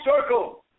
circle